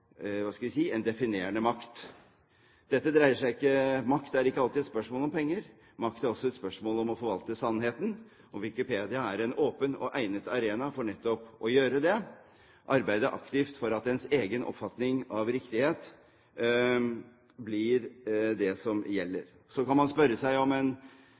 hva skal jeg si – en definerende makt. Makt er ikke alltid et spørsmål om penger, makt er også et spørsmål om å forvalte sannheten, og Wikipedia er en egnet og åpen arena for nettopp å gjøre det, å arbeide aktivt for at ens egen oppfatning av riktighet blir det gjeldende. Så kan man spørre seg om